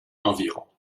environ